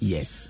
Yes